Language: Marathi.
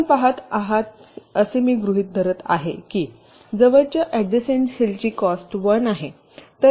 आपण पहात आहात असे मी गृहित धरत आहे की जवळच्या ऍडजेसन्ट सेलची कॉस्ट 1 आहे